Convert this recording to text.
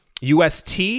UST